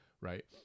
right